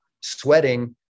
sweating